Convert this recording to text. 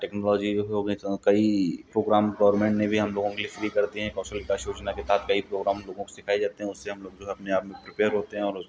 technology ये भी हो गईं तो कई प्रोग्राम गवरमेन्ट ने भी हम लोगों के लिए फ़्री कर दिए हैं कौशल विकास योजना के साथ कई प्रोग्राम लोगों को सिखाए जाते हैं उससे हम लोग जो है अपने आप में प्रिपेयर होते हैं और उस